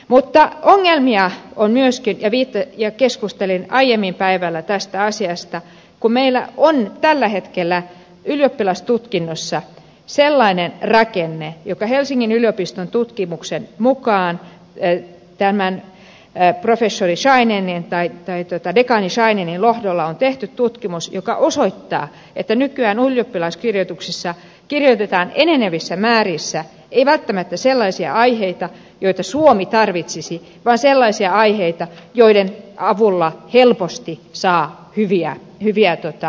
mutta ongelmia on myöskin keskustelin aiemmin päivällä tästä asiasta kun meillä on tällä hetkellä ylioppilastutkinnoissa sellainen rakenne joka helsingin yliopiston tutkimuksen mukaan professori dekaani scheininin johdolla tehty tutkimus osoittaa että nykyään ylioppilaskirjoituksissa kirjoitetaan enenevässä määrin ei välttämättä sellaisia aineita joita suomi tarvitsisi vaan sellaisia aineita joiden avulla helposti saa hyviä arvosanoja